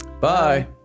Bye